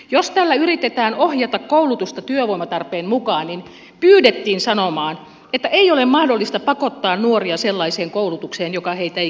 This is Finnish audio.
jos tällä yritetään ohjata koulutusta työvoimatarpeen mukaan niin pyydettiin sanomaan että ei ole mahdollista pakottaa nuoria sellaiseen koulutukseen joka heitä ei kiinnosta